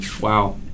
Wow